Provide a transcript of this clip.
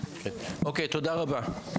תודה רבה.